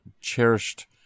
cherished